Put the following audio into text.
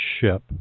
ship